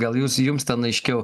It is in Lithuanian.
gal jūs jums ten aiškiau